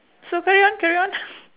so carry on carry on